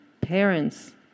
parents